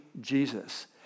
Jesus